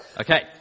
Okay